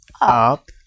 Up